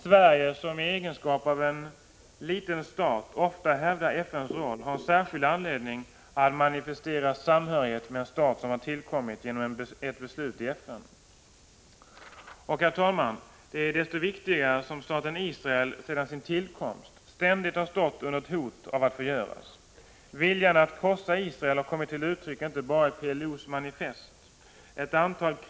Sverige, som i egenskap av liten stat ofta hävdar FN:s roll, har särskild anledning att manifestera samhörighet med en stat som har tillkommit genom ett beslut i FN. Herr talman! Detta är desto viktigare som staten Israel sedan sin tillkomst ständigt har stått under hotet att förgöras. Viljan att krossa Israel har kommit till uttryck inte bara i PLO:s manifest.